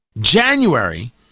January